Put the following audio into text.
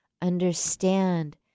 understand